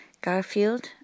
Garfield